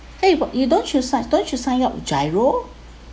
!hey! but you don't you sign don't you sign up gyro